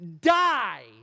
die